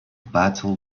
battle